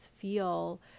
feel